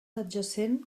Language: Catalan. adjacent